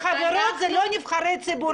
בחברות אין נבחרי ציבור.